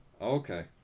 okay